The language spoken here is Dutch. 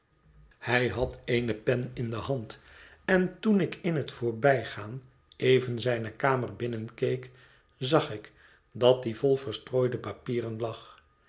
hij had eene pen in de hand en toen ik in het voorbijgaan even zijne kamer binnenkeek zag ik dat die vol verstrooide papieren lag